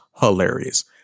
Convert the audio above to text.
Hilarious